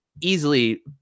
easily